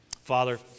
Father